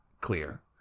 clear